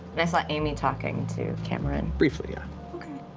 and i saw aimee talking to cameron? briefly, yeah.